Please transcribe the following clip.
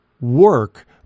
work